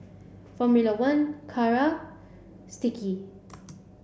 Formula One Kara Sticky